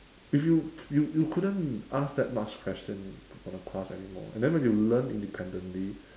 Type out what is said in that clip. if you you you couldn't ask that much question from the profs anymore and then when you learn independently